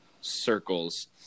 circles